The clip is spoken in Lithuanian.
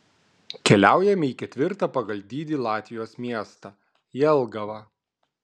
keliaujame į ketvirtą pagal dydį latvijos miestą jelgavą